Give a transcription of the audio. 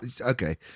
Okay